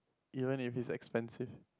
even if it's expensive